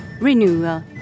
renewal